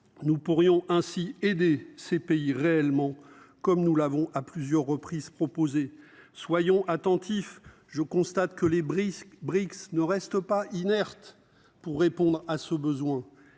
Nous pourrions ainsi aider ces pays réellement comme nous l'avons à plusieurs reprises. Soyons attentifs, je constate que les Brice Brics ne reste pas inerte pour répondre à ce besoin